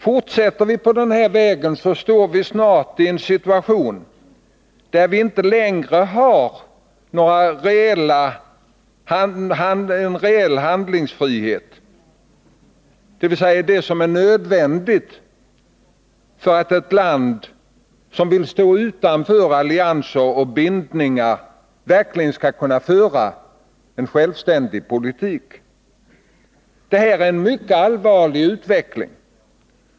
Fortsätter vi på den här vägen står vi snart i en situation där vi inte längre har en reell handlingsfrihet, något som är nödvändigt för att ett land som vill stå utanför allianser och bindningar verkligen skall kunna föra en självständig politik. Det är en mycket allvarlig utveckling.